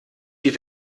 die